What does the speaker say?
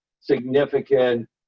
significant